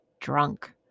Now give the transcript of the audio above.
drunk